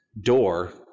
door